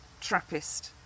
Trappist